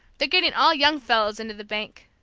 they're getting all young fellows into the bank.